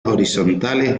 horizontales